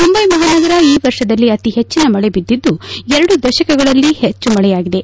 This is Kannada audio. ಮುಂಬೈ ಮಹಾನಗರ ಈ ವರ್ಷದಲ್ಲಿ ಅತೀ ಹೆಚ್ಚಿನ ಮಳೆ ಬಿದ್ದಿದ್ದು ಎರಡು ದಶಕಗಳಲ್ಲಿ ಹೆಚ್ಚು ಮಳೆಯಾಗಿದೆ